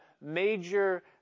major